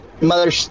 mother